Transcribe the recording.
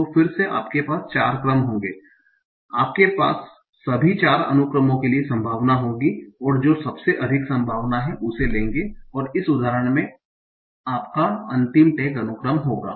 तो फिर से आपके पास चार क्रम होंगे आपके पास सभी चार अनुक्रमों के लिए संभावना होगी और जो सबसे अधिक संभावना है उसे लेंगे और इस उदाहरण में आपका अंतिम टैग अनुक्रम होगा